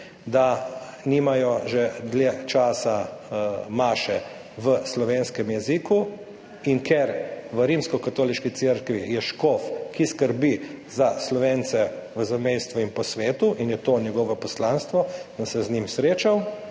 da nimajo že dlje časa maše v slovenskem jeziku. In ker je v Rimokatoliški cerkvi škof, ki skrbi za Slovence v zamejstvu in po svetu, in je to njegovo poslanstvo, sem se z njim srečal,